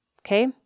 Okay